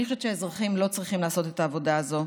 אני חושבת שהאזרחים לא צריכים לעשות את העבודה הזאת.